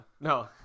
No